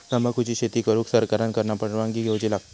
तंबाखुची शेती करुक सरकार कडना परवानगी घेवची लागता